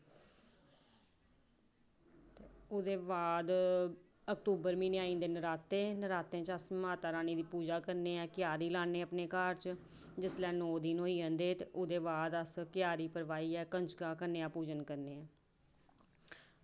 ओह्दे बाद अक्तूबर म्हीनै आई जंदे नराते नरातें च अस माता रानी दी पूजा करने क्यारी लान्ने अस घर च ते जेल्लै नौ दिन होई जंदे ते उस दिन अस क्यारी प्रवाहित करियै कंजकां कन्यापूजन करने आं